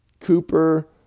Cooper